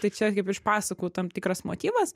tai čia kaip iš pasakų tam tikras motyvas